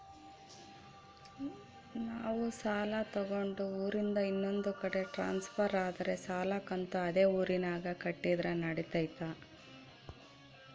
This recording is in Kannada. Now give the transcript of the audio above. ನಾವು ಸಾಲ ತಗೊಂಡು ಊರಿಂದ ಇನ್ನೊಂದು ಕಡೆ ಟ್ರಾನ್ಸ್ಫರ್ ಆದರೆ ಸಾಲ ಕಂತು ಅದೇ ಊರಿನಾಗ ಕಟ್ಟಿದ್ರ ನಡಿತೈತಿ?